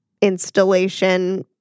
installation